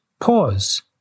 pause